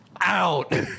out